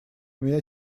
меня